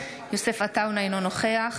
אינו נוכח